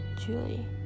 Julie